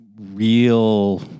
real